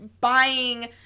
buying